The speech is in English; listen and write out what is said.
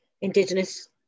Indigenous